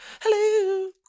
Hello